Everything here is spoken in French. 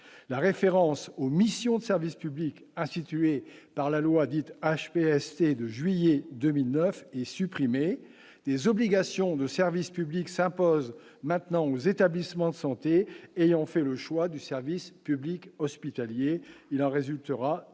la référence aux missions de service public, instituée par la loi dite HPST de juillet 2009 et supprimer des obligations de service public s'impose maintenant aux établissements de santé ayant fait le choix du service public hospitalier, il en résultera davantage